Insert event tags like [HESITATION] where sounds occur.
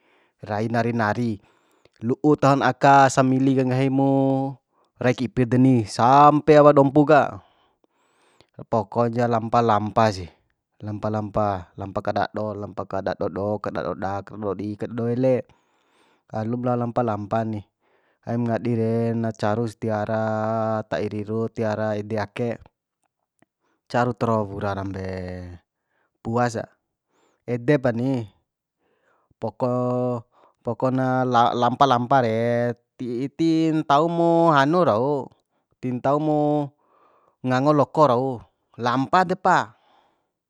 Rai nari nari lu'u tahon aka samili ka nggahimu rai ka ipir deni sampe awa dompu ka [HESITATION] pokonya lampa lampa sih lampa lampa lampa ka dado lampa kadao do kadado da kadado di kadado ele alum lao lampa lampa ni aim ngadi re na carus tiara ta'i riru tiara ede ake caru taroa wura rambe puasa ede pa ni poko pokona [HESITATION] lampa lampa re ti i'i ti ntau mo hanu rau ti ntau mu ngango loko rau lampa depa